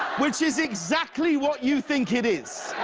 which is exactly what you think it is.